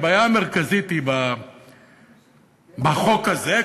הבעיה המרכזית בחוק הזה,